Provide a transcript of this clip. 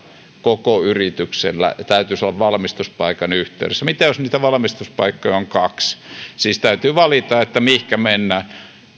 koko yrityksellä ja sen täytyisi olla valmistuspaikan yhteydessä mitä jos niitä valmistuspaikkoja on kaksi täytyy siis valita mihin mennään